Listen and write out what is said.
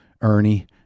ernie